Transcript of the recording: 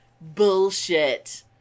bullshit